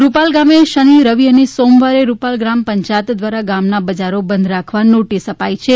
રૂપાલ ગામે શનિ રવિ અને સોમવારે રૂપાલ ગ્રામ પંચાયત દ્વારા ગામના બજારો બંધ રાખવા નોટીસ આપી છે